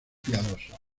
piadoso